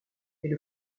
mais